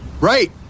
Right